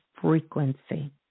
frequency